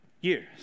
years